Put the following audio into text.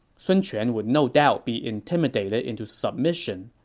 sun quan would no doubt be intimidated into submission.